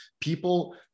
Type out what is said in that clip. people